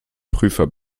prüfer